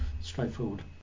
straightforward